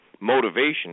motivation